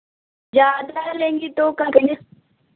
ज़्यादा लेंगी तो कर देंगे